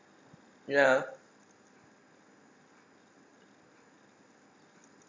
ya